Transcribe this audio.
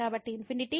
కాబట్టి ∞